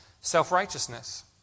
self-righteousness